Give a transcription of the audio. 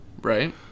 Right